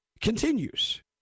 continues